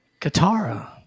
Katara